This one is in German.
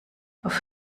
auf